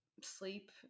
sleep